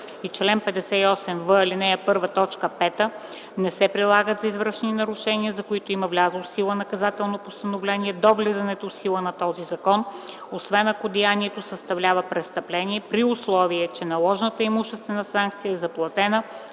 и чл. 58в, ал. 1, т. 5 не се прилагат за извършени нарушения, за които има влязло в сила наказателно постановление до влизането в сила на този закон, освен ако деянието съставлява престъпление, при условие че наложената имуществена санкция е заплатена